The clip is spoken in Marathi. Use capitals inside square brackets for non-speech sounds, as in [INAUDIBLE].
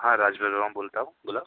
हां राज [UNINTELLIGIBLE] बोलत आहे बोला